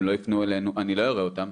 הם לא יפנו אלינו, אני לא אראה אותם.